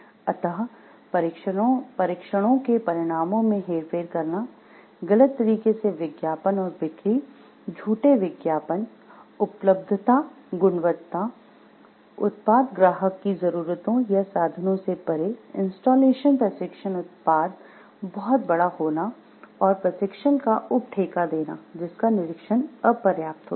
अतः परीक्षणों के परिणाम में हेरफेर करना गलत तरीके से विज्ञापन और बिक्री झूठे विज्ञापन उपलब्धता गुणवत्ता उत्पाद ग्राहक की जरूरतों या साधनों से परे इंस्टॉलेशन प्रशिक्षण उत्पाद बहुत बड़ा होना और प्रशिक्षण का उपठेका देना जिसका निरीक्षण अपर्याप्त होता है